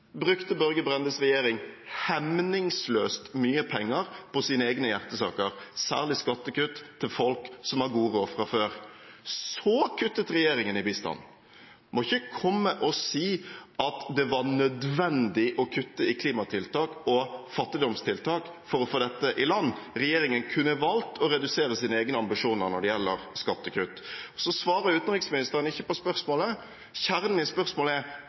brukte Børge Brendes regjering hemningsløst mye penger på sine egne hjertesaker, særlig skattekutt til folk som har god råd fra før. Så kuttet regjeringen i bistanden. Man må ikke komme og si at det var nødvendig å kutte i klimatiltak og fattigdomstiltak for å få dette i land, regjeringen kunne valgt å redusere sine egne ambisjoner når det gjelder skattekutt. Så svarer ikke utenriksministeren på spørsmålet. Kjernen i spørsmålet er: